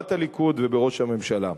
בתנועת הליכוד ובראש הממשלה.